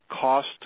cost